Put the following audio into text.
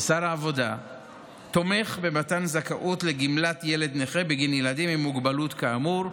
שר העבודה תומך במתן זכאות לגמלת ילד נכה בגין ילדים עם מוגבלות כאמור.